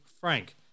Frank